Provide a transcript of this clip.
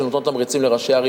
שנותנות תמריצים לראשי ערים,